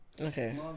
Okay